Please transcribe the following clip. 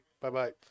Bye-bye